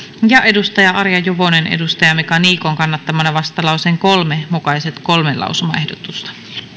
ja arja juvonen mika niikon kannattamana vastalauseen kolme mukaiset kolme lausumaehdotusta